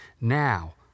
Now